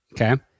Okay